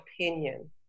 opinion